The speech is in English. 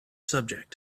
subject